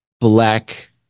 black